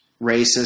racist